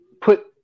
put